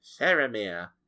Faramir